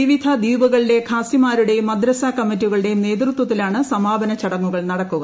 വിവിധ ദ്വീപുകളിലെ ഖാസിമാരുടെയും മദ്രസ കമ്മറ്റികളുടെയും നേതൃത്വത്തിലാണ് സമാപന ചടങ്ങുകൾ നടക്കുക